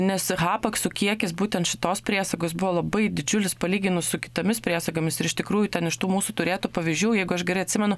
nes hapaksų kiekis būtent šitos priesagos buvo labai didžiulis palyginus su kitomis priesagomis ir iš tikrųjų ten iš tų mūsų turėtų pavyzdžių jeigu aš gerai atsimenu